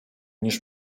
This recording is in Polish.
niż